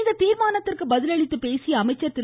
இந்த தீர்மானத்திற்கு பதில் அளித்து பேசிய அமைச்சர் திரு